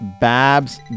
Babs